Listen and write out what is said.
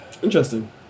Interesting